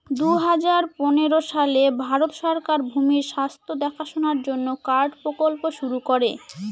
দুই হাজার পনেরো সালে ভারত সরকার ভূমির স্বাস্থ্য দেখাশোনার জন্য কার্ড প্রকল্প শুরু করে